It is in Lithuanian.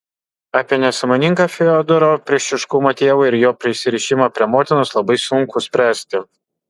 apie nesąmoningą fiodoro priešiškumą tėvui ir jo prisirišimą prie motinos labai sunku spręsti